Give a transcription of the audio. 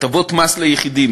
הטבות מס ליחידים,